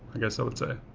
i guess i would say.